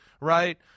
right